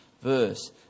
verse